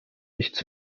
nichts